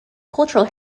cultural